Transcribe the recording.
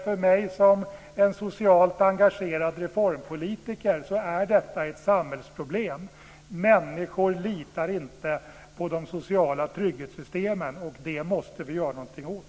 För mig som en socialt engagerad reformpolitiker är detta ett samhällsproblem. Människor litar inte på de sociala trygghetssystemen. Det måste vi göra någonting åt.